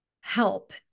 help